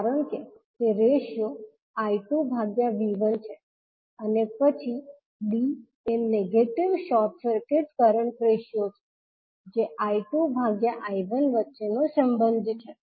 કારણકે તે ratio I2V1 છે અને પછી D એ negative short circuit current ratio છે જે I2I1 વચ્ચેનો સંબંધ છે